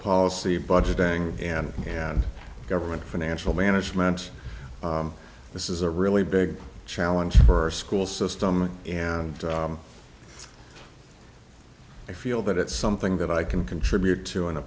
policy budgeting and government financial management this is a really big challenge for a school system and i feel that it's something that i can contribute to in a